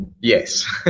Yes